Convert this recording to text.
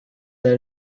that